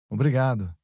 Obrigado